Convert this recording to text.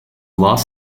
last